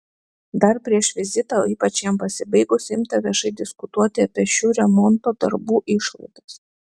dar prieš vizitą o ypač jam pasibaigus imta viešai diskutuoti apie šių remonto darbų išlaidas